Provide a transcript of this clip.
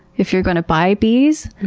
if you're gonna buy bees.